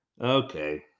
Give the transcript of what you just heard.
Okay